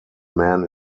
man